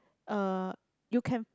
uh you can